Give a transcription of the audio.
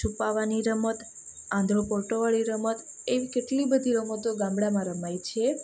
છુપાવાની રમત આંધળો પાટોવાળી રમત એવી કેટલી બધી રમતો ગામડાંમાં રમાય છે